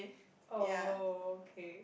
oh okay